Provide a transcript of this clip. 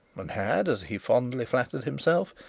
and had, as he fondly flattered himself,